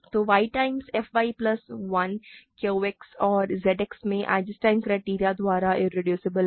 तो y times f y plus 1 Q X और Z X में आइजेंस्टाइन क्राइटेरियन द्वारा इरेड्यूसबल है